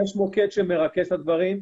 יש מוקד שמרכז את הדברים.